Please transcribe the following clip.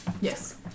Yes